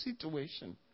situation